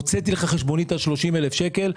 הוצאתי לך חשבונית על 30 אלף שקלים,